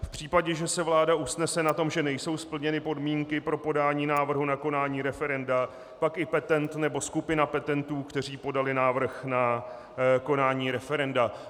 V případě, že se vláda usnese na tom, že nejsou splněny podmínky pro podání návrhu na konání referenda, pak i petent nebo skupina petentů, kteří podali návrh na konání referenda.